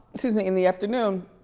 excuse me, in the afternoon.